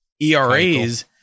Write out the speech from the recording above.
ERAs